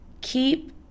keep